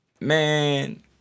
Man